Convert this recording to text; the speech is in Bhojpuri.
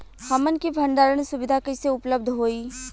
हमन के भंडारण सुविधा कइसे उपलब्ध होई?